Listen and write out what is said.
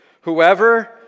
whoever